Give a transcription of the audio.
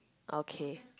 okay